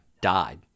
died